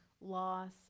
Loss